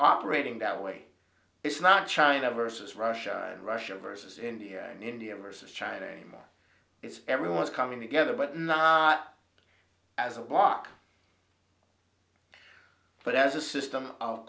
operating that way it's not china versus russia and russia versus india and india versus china anymore it's everyone's coming together but not as a bloc but as a system of